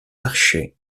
archers